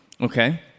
okay